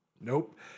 Nope